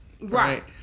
right